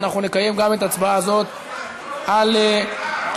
ואנחנו נקיים גם את ההצבעה הזאת על הצעת